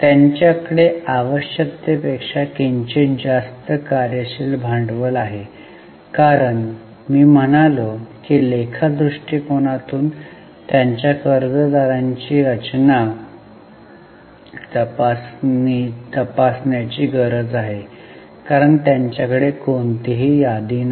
त्यांच्याकडे आवश्यकतेपेक्षा किंचित जास्त कार्य शील भांडवल आहे कारण मी म्हणालो की लेखा दृष्टिकोनातून त्यांच्या कर्जदारांची रचना तपासण्याची गरज आहे कारण त्यांच्याकडे कोणतीही यादी नाही